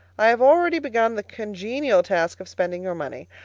i have already begun the congenial task of spending your money.